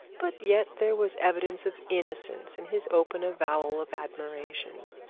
but yet there was evidence of innocence in his open avowal of admiration.